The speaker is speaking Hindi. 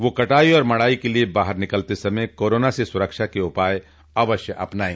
वे कटाई और मढ़ाई के लिये बाहर निकलते समय कोरोना से सुरक्षा के उपाय अवश्य अपनाये